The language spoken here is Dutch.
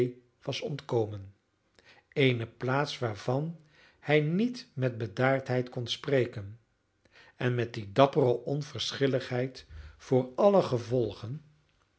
was ontkomen eene plaats waarvan hij niet met bedaardheid kon spreken en met die dappere onverschilligheid voor alle gevolgen